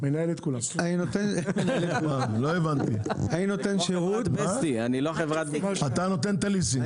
אני נותן שירות --- אתה נותן ליסינג,